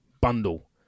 bundle